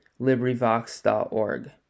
LibriVox.org